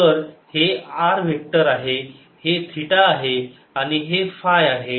तर हे r vector आहे हे थिटा आहे आणि हे फाय आहे